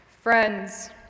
Friends